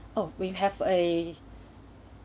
oh have we have a